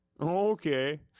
Okay